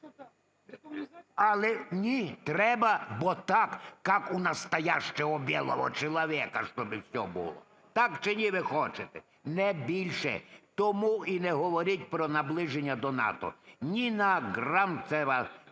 Але ні, треба, бо так "как унастоящего белого человека чтобы все было". Так чи ні ви хочете? Не більше. Тому і не говоріть про наближення до НАТО, ні на грам це вам